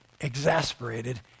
exasperated